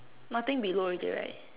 nothing below already right